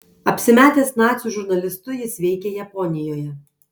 apsimetęs nacių žurnalistu jis veikė japonijoje